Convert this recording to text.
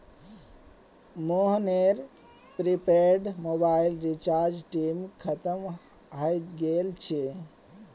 मोहनेर prepaid mobile रीचार्जेर time खत्म हय गेल छे